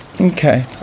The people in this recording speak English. Okay